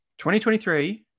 2023